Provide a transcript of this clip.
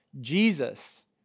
Jesus